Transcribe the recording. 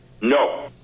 No